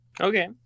Okay